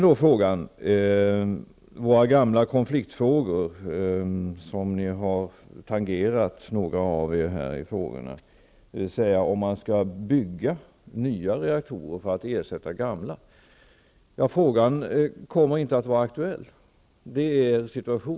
Några av er har tangerat de gamla konfliktfrågorna, dvs. om man skall bygga nya reaktorer för att ersätta de gamla. Situationen är att den frågan inte är aktuell.